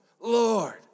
Lord